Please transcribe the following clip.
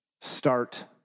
start